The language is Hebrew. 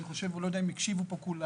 אני לא יודע אם הקשיבו פה כולם,